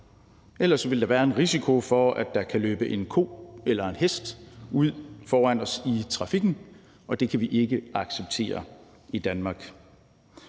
Ellers ville der være en risiko for, at der kan løbe en ko eller en hest ud foran os i trafikken, og det kan vi ikke acceptere i Danmark.